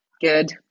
Good